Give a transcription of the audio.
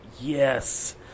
yes